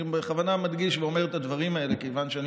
אני בכוונה מדגיש ואומר את הדברים האלה כיוון שאני